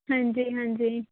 ਹਾਂਜੀ ਹਾਂਜੀ